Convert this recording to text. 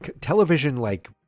television-like